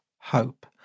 hope